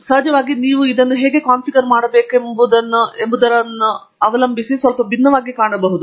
ಸಹಜವಾಗಿ ನೀವು ಇದನ್ನು ಹೇಗೆ ಕಾನ್ಫಿಗರ್ ಮಾಡಬೇಕೆಂಬುದನ್ನು ಅವಲಂಬಿಸಿ ಸ್ವಲ್ಪ ಭಿನ್ನವಾಗಿ ಕಾಣಿಸಬಹುದು